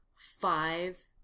five